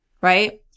right